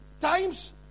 times